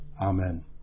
Amen